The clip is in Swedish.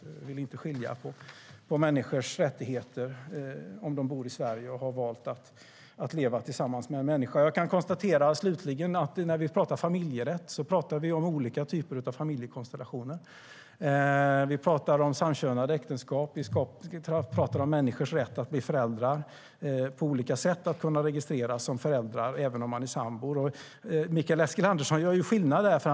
Jag vill inte göra skillnad på människors rättigheter om de bor i Sverige och har valt att leva tillsammans med en annan människa. Jag kan slutligen konstatera att när vi pratar familjerätt talar vi om olika typer av familjekonstellationer. Vi talar om samkönade äktenskap, om människors rätt att bli föräldrar på olika sätt och att kunna registreras som föräldrar även om de är sambor. Mikael Eskilandersson gör skillnad där.